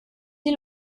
sie